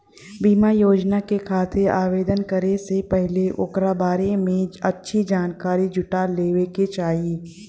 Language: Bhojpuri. बीमा योजना के खातिर आवेदन करे से पहिले ओकरा बारें में अच्छी जानकारी जुटा लेवे क चाही